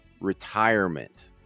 retirement